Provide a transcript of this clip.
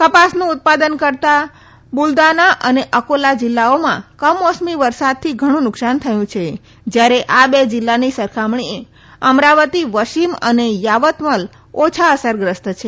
કપાસનું ઉત્પાદન કરતા બુલદાના અને અકોલા જીલ્લાઓમાં કમોસમી વરસાદથી ઘણુ નુકસાન થયું છે જયારે આ બે જીલ્લાની સરખામણીએ અમરાવતી વશીમ અને યાવતમલ ઓછા અસરગ્રસ્ત છે